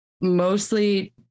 mostly